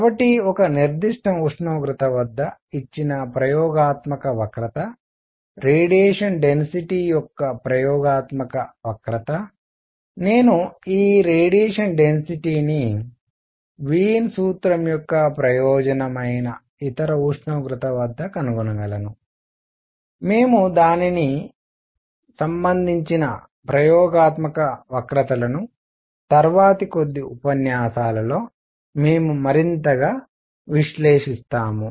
కాబట్టి ఒక నిర్దిష్ట ఉష్ణోగ్రత వద్ద ఇచ్చిన ప్రయోగాత్మక వక్రత రేడియేషన్ డెన్సిటీ కోసం ప్రయోగాత్మక వక్రత నేను ఈ రేడియేషన్ డెన్సిటీ ను వీన్ సూత్రం యొక్క ప్రయోజనము అయిన ఇతర ఉష్ణోగ్రత వద్ద కనుగొనగలను మేము దానికి సంబంధించిన ప్రయోగాత్మక వక్రతలను తరువాతి కొద్ది ఉపన్యాసాలలో మేము మరింతగా విశ్లేషిస్తాము